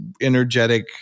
energetic